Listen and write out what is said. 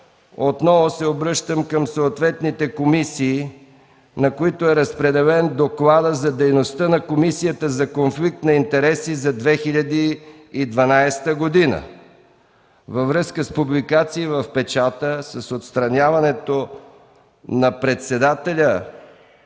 отново се обръщам към съответните комисии, на които е разпределен докладът за дейността на Комисията за конфликт на интереси за 2012 г. Във връзка с публикации в печата за отстраняването на председателя